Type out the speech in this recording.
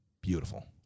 Beautiful